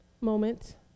moment